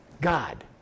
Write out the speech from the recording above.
God